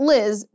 Liz